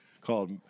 Called